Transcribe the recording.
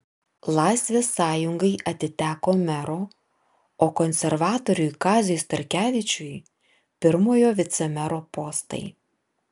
laisvės sąjungai atiteko mero o konservatoriui kaziui starkevičiui pirmojo vicemero postai